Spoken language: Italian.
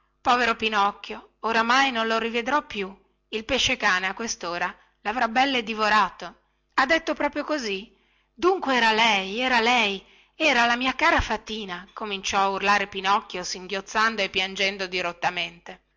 povero pinocchio oramai non lo rivedrò più il pesce-cane a questora lavrà belle divorato ha detto proprio così dunque era lei era lei era la mia cara fatina cominciò a urlare pinocchio singhiozzando e piangendo dirottamente